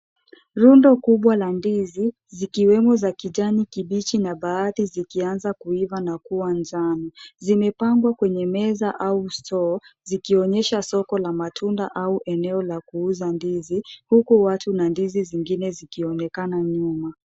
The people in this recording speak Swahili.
Rundo kubwa la ndizi zikiwemo za kijani kibichi na baadhi zikianza kuiva na kuwa njano. Zimepangwa kwenye meza au store zikionyesha soko la matunda au eneo la kuuza ndizi. hHuku watu na ndizi zingine zikionekana nyuma.